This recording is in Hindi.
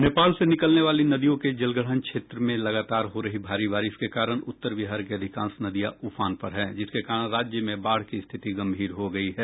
नेपाल से निकलने वाली नदियों के जलग्रहण क्षेत्र मं लगातार हो रही भारी बारिश के कारण उत्तर बिहार की अधिकांश नदियां उफान पर है जिसके कारण राज्य में बाढ़ की स्थिति गंभीर हो रही है